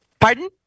Pardon